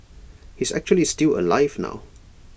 he's actually still alive now